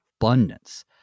abundance